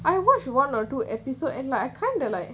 I watched one or two episodes and like I kind of like